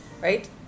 right